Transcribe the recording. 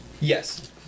Yes